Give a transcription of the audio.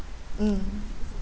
mm